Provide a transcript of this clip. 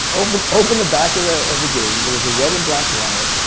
opened opened the back of the of the game, there was a red and black wire,